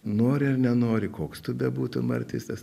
nori ar nenori koks tu bebūtum artistas